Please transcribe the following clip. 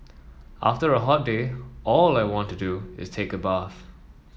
after a hot day all I want to do is take a bath